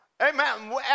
Amen